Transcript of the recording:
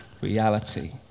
reality